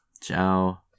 Ciao